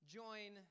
join